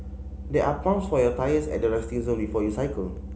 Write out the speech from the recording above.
there are pumps for your tyres at the resting zone before you cycle